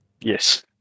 Yes